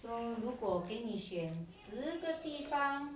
so 如果给你选十个地方